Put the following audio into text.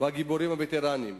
והגיבורים הווטרנים,